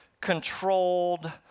controlled